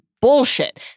bullshit